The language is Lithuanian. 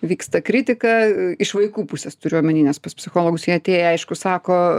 vyksta kritika iš vaikų pusės turiu omeny nes pas psichologus jie atėję aišku sako